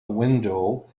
window